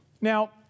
Now